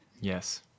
Yes